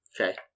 Okay